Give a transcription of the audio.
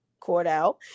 Cordell